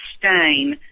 sustain